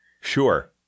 Sure